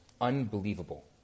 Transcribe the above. Unbelievable